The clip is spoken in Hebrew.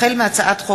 החל בהצעת חוק